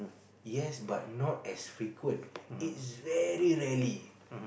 yes but not as frequent it's very rarely